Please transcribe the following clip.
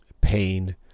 pain